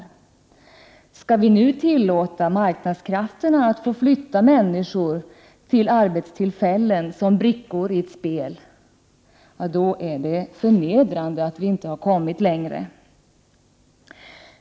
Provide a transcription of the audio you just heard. Skall vi nu tillåta marknadskrafterna att få flytta människor till arbetstillfällen som brickor i ett spel? Det är förnedrande att vi inte har kommit längre.